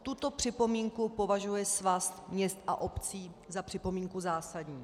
Tuto připomínku považuje Svaz měst a obcí za připomínku zásadní.